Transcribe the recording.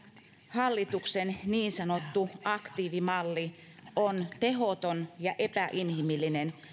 hallituksen niin sanottu aktiivimalli on tehoton ja epäinhimillinen